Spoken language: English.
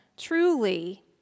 truly